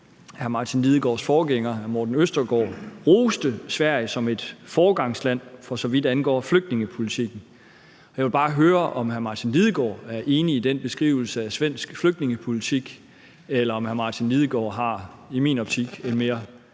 hr. Martin Lidegaards forgænger hr. Morten Østergaard roste Sverige som et foregangsland, for så vidt angår flygtningepolitikken. Jeg vil bare høre, om hr. Martin Lidegaard er enig i den beskrivelse af svensk udlændingepolitik, eller om hr. Martin Lidegaard har en, i min optik, mere